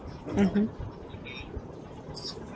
mmhmm